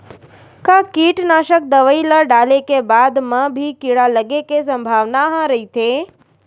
का कीटनाशक दवई ल डाले के बाद म भी कीड़ा लगे के संभावना ह रइथे?